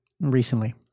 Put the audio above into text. recently